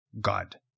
God